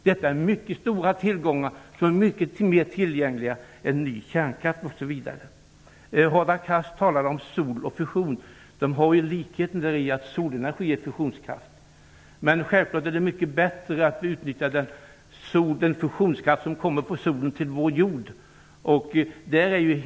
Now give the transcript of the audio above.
Det är mycket stora tillgångar som är mycket mer tillgängliga än ny kärnkraft. Hadar Cars talar om sol och fusion. De har likheten däri att solenergi är fusionskraft. Men självklart är det mycket bättre att utnyttja den fusionskraft som kommer från solen till vår jord.